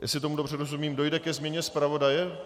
Jestli tomu dobře rozumím, dojde ke změně zpravodaje?